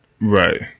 right